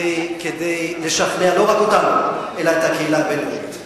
כדי לשכנע לא רק אותנו אלא גם את הקהילה הבין-לאומית.